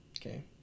Okay